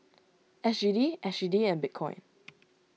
S G D S G D and Bitcoin